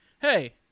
hey